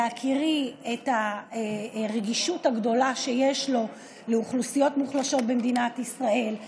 בהכירי את הרגישות הגדולה שיש לו לאוכלוסיות מוחלשות במדינת ישראל,